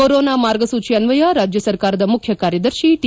corona ಮಾರ್ಗ ಸೂಚಿ ಅನ್ವಯ ರಾಜ್ಯ ಸರ್ಕಾರದ ಮುಖ್ಯ ಕಾರ್ಯದರ್ಶಿ ಟಿ